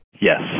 Yes